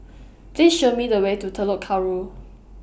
Please Show Me The Way to Telok Kurau